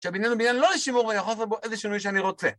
שהבניין הוא בניין לא לשימור ואני יכול לעשות בו איזה שינוי שאני רוצה.